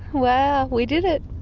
wow, we did it.